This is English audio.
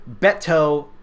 Beto